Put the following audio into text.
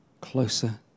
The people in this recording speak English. closer